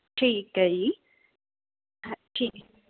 ਠੀਕ ਹੈ ਜੀ